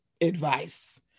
advice